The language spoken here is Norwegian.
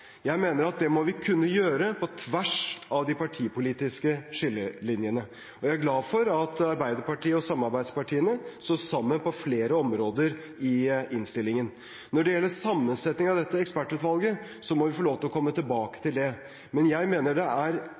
Jeg mener at det må vi kunne gjøre på tvers av de partipolitiske skillelinjene. Jeg er glad for at Arbeiderpartiet og samarbeidspartiene står sammen på flere områder i innstillingen. Når det gjelder sammensetningen av dette ekspertutvalget, må vi få lov til å komme tilbake til det. Men jeg mener det er